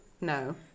no